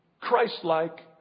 Christ-like